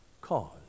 cause